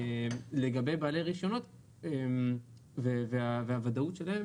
לגבי בעלי רישיונות והוודאות שלהם